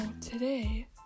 today